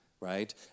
right